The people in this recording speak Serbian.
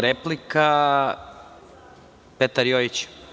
Replika, Petar Jojić.